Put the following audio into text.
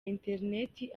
interineti